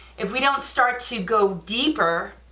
if we don't start to go deeper.